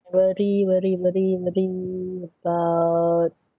worry worry worry worry about